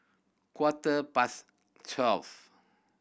quarter past twelve